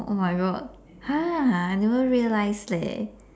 oh my god !huh! I never realize leh